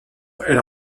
elle